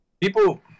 people